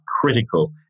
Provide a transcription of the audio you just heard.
critical